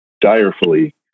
direfully